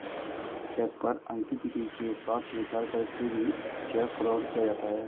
check पर अंकित तिथि के साथ छेड़छाड़ करके भी चेक फ्रॉड किया जाता है